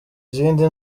izindi